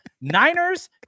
Niners